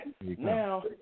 Now